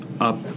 up